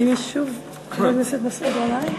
האם יש שוב חבר הכנסת מסעוד גנאים?